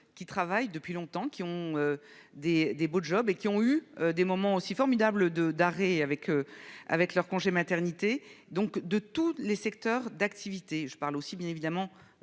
qui travaillent depuis longtemps, qui ont des, des beaux job et qui ont eu des moments aussi formidable de d'arrêt avec avec leur congé maternité donc de tous les secteurs d'activité, je parle aussi bien évidemment